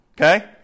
Okay